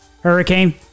Hurricane